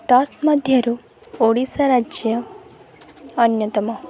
ତନ୍ମଧ୍ୟରୁ ଓଡ଼ିଶା ରାଜ୍ୟ ଅନ୍ୟତମ